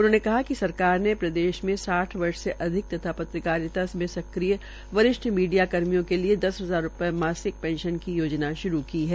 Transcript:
उन्होंने कहा कि सरकार ने प्रदेश में साठ वर्ष से अधिक तथा पत्रकारिता में सक्रियता मीडिया कर्मियों के लिये दस हजार मासिक पेंशन की योजना श्रू की है